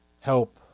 help